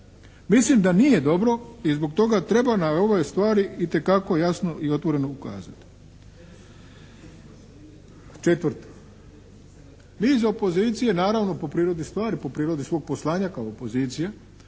Mislim da nije dobro i zbog toga treba na ovoj stvari itekako jasno i otvoreno ukazati. Četvrto, mi iz opozicije naravno po prirodi smo stvari kao opozicija